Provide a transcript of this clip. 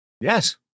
Yes